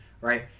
right